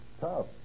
Tough